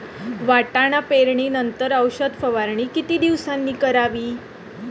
वाटाणा पेरणी नंतर औषध फवारणी किती दिवसांनी करावी?